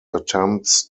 attempts